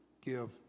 give